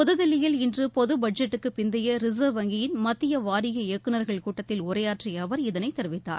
புதுதில்லியில் இன்று பொது பட்ஜெட்டுக்குப் பிந்தைய ரிசர்வ் வங்கியின் மத்திய வாரிய இயக்குனர்கள் கூட்டத்தில் உரையாற்றிய அவர் இதனைத் தெரிவித்தார்